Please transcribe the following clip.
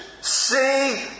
See